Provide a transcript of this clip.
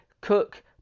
Cook